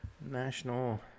National